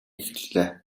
хэллээ